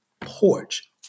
porch